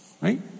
right